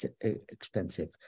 expensive